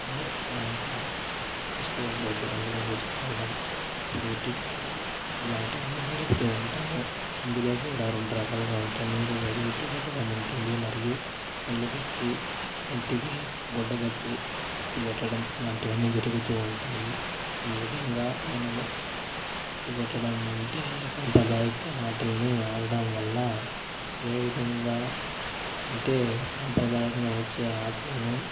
మరియు వినాయక ఫెస్టివల్ రోజు రంగులు పూసుకోవడం అప్పుడు ఉట్టి కొట్టడం ఇలాంటివన్నీ జరుపుతు ఉంటాము ఇందులో కూడా రెండు రకాలుగా ఉంటాయి నీరు బదులు ఉట్టి కొట్టడం ఉంటుంది మరియు కళ్ళు కట్టి కంటికి గుడ్డ కట్టి ఉట్టి కొట్టడం ఇలాంటివన్నీ జరుగుతు ఉంటాయి ఈ విధంగా మనము ఉట్టి కొట్టడం వంటి సాంప్రదాయ ఆటలని ఆడటం వల్ల ఏ విధంగా అంటే సాంప్రదాయకంగా వచ్చే ఆటలను